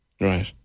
Right